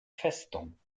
festung